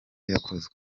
yakozwe